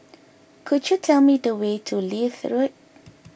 could you tell me the way to Leith Road